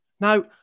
Now